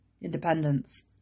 independence